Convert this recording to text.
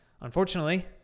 unfortunately